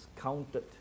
counted